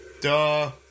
Duh